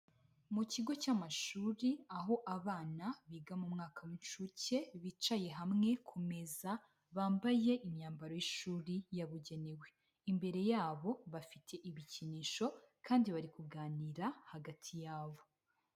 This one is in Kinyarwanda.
Mu kigo cy'amashuri aho abana biga mu mwaka w'incuke bicaye hamwe ku meza bambaye imyambaro y'ishuri yabugenewe, imbere yabo bafite ibikinisho kandi bari kuganira hagati yabo.